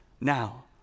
now